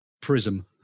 Prism